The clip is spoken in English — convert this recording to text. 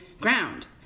ground